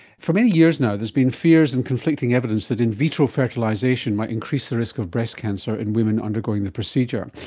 for many years now there's been fears and conflicting evidence that in vitro fertilisation might increase the risk of breast cancer in women undergoing the procedure.